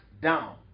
down